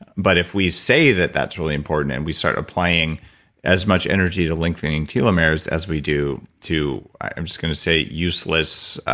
but if we say that that's really important, and we start applying as much energy to lengthening telomeres as we do to, i'm just gonna say, useless